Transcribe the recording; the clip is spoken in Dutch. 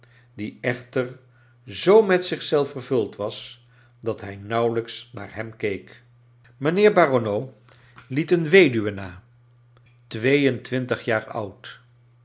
die echter zoo met zichzelf vervuld was dat hij nauwelijks naar hem keek mijnheer barronneau liet een wechaei es dickens duwe na tweeentwintig jaar oud